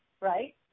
right